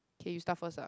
can you start first ah